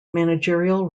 managerial